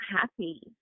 happy